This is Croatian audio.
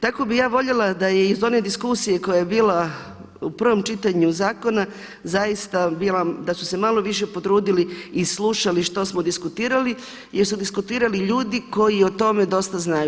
Tako bih ja voljela da je iz one diskusije koja je bila u prvom čitanju zakona zaista bila, da su se malo više potrudili i slušali što smo diskutirali jer su diskutirali ljudi koji o tome dosta znaju.